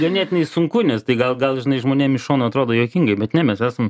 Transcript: ganėtinai sunku nes tai gal gal žinai žmonėm iš šono atrodo juokingai bet ne mes esam